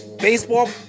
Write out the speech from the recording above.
baseball